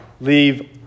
leave